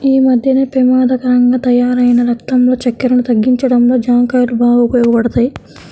యీ మద్దెన పెమాదకరంగా తయ్యారైన రక్తంలో చక్కెరను తగ్గించడంలో జాంకాయలు బాగా ఉపయోగపడతయ్